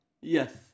Yes